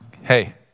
hey